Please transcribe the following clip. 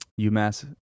UMass